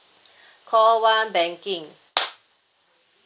call one banking